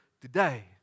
today